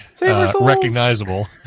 recognizable